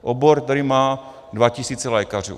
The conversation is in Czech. Obor, který má dva tisíce lékařů.